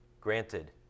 granted